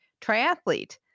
triathlete